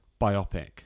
biopic